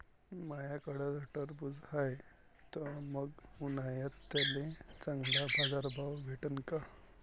माह्याकडं टरबूज हाये त मंग उन्हाळ्यात त्याले चांगला बाजार भाव भेटन का?